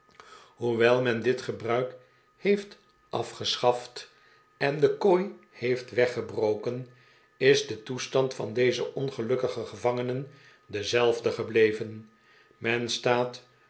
hoewel men dit gebruik heeft afgeschaft en de kooi heeft weggebroken is de toestand van deze ongelukkige gevangenen dezelfde gebleven men staat